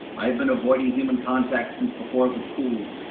i have been avoiding human contact since before it was cool.